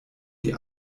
die